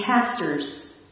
pastors